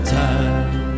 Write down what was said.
time